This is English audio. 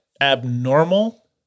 abnormal